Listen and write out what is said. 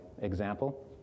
example